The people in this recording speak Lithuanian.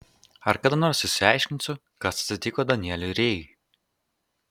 ar kada nors išsiaiškinsiu kas atsitiko danieliui rėjui